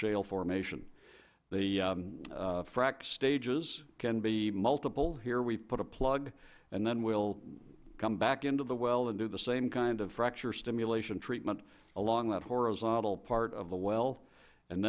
shale formation the frack stages can be multiple here we put a plug and then we'll come back into the well and do the same kind of fracture stimulation treatment along that horizontal part of a well and